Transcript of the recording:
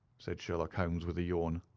said sherlock holmes, with a yawn.